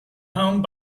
home